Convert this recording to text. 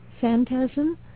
phantasm